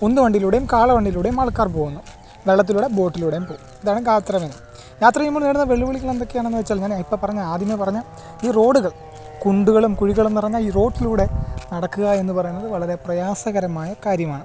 ഉന്തുവണ്ടിയിലൂടെയും കാളവണ്ടിയിലൂടെയും ആൾക്കാർ പോകുന്നു വെള്ളത്തിലൂടെ ബോട്ടിലൂടെയും പോവും ഇതാണ് യാത്ര ചെയ്യുമ്പോൾ നേരിടുന്ന വെല്ലുവിളികളെന്തൊക്കെയാണെന്ന് വെച്ചാൽ ഞാൻ ഇപ്പം പറഞ്ഞ ആദ്യമേ പറഞ്ഞ ഈ റോഡുകൾ കുണ്ടുകളും കുഴികളും നിറഞ്ഞ ഈ റോട്ടിലൂടെ നടക്കുക എന്നു പറയുന്നത് വളരെ പ്രയാസകരമായ കാര്യമാണ്